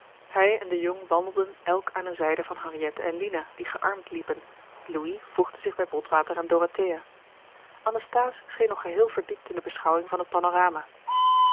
hij en de jong wandelden elk aan eene zijde van henriette en lina die gearmd liepen louis voegde zich bij botwater en dorothea anasthase scheen nog geheel verdiept in de beschouwing van het panorama